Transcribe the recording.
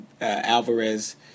Alvarez